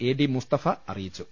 A D Mustafa അറിയിച്ചു